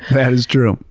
that is true.